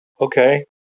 Okay